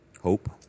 hope